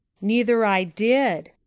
neither i did,